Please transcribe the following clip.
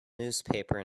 newspaper